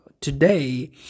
today